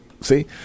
See